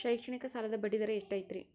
ಶೈಕ್ಷಣಿಕ ಸಾಲದ ಬಡ್ಡಿ ದರ ಎಷ್ಟು ಐತ್ರಿ?